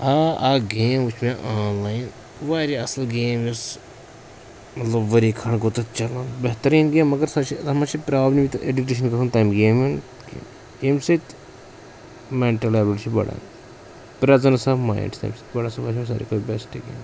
آ اکھ گیم وُچھ مےٚ آنلایِن واریاہ اَصٕل گیم یۄس مطلب ؤری کھنٛڈ گوٚو تَتھ چَلان بہتریٖن گیم مگر سۄ چھِ تتھ منٛز چھِ پرٛابلِم یہِ تہِ ایٚڈِکشَن گَژھان تمہِ گیمہ ہٕنز ییٚمہِ سۭتۍ مینٹَل لٮ۪وٕل چھِ بَڑان پرٛزنس آف مایِنٛڈ چھِ تَمہِ سۭتۍ بَڑان سُہ وچھ مےٚ ساروی کھۄتہٕ بیسٹ گیم